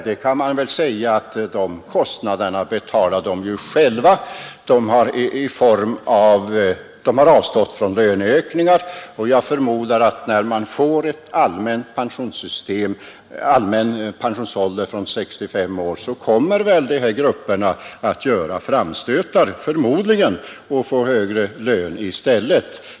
Men man kan väl säga att vederbörande betalar de kostnaderna själva, eftersom de avstått från löneökningar, och jag förmodar att när vi får 65 år som allmän pensionsålder kommer de här grupperna att göra framstötar för att i stället få högre lön.